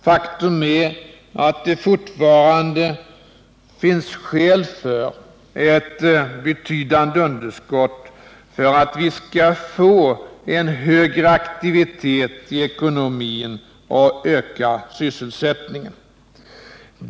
Faktum äratt det fortfarande finns skäl för ett betydande underskott — för att vi skall få högre aktivitet i ekonomin och ökad sysselsättning.